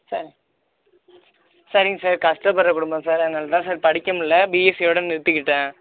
sir சரிங்க sir கஷ்டப்பட்ற குடும்பம் சார் அதனால தான் சார் படிக்க முடில பிஎஸ்சியோடு நிறுத்திக்கிட்டேன்